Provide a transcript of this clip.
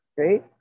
Okay